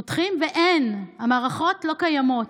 פותחים, ואין, המערכות לא קיימות.